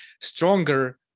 stronger